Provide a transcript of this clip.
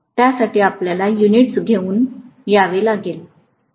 त्यासाठी आपल्याला युनिट्स घेऊन यावे लागेल